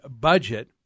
budget